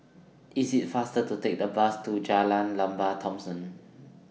IT IS faster to Take The Bus to Jalan Lembah Thomson